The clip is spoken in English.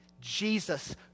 Jesus